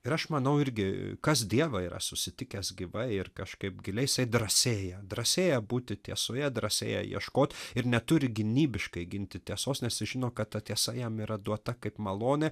ir aš manau irgi kas dievą yra susitikęs gyvai ir kažkaip giliai jisai drąsėja drąsėja būti tiesoje drąsėja ieškot ir neturi gynybiškai ginti tiesos nes jis žino kad ta tiesa jam yra duota kaip malonė